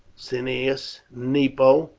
cneius nepo,